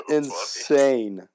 insane